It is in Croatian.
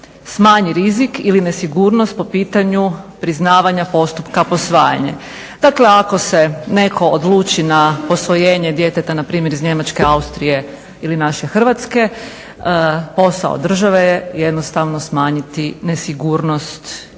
smanji rizik ili nesigurnost po pitanju priznavanja postupka posvajanja. Dakle ako se netko odluči na posvojenje djeteta npr. iz Njemačke, Austrije ili naše Hrvatske posao države je jednostavno smanjiti nesigurnost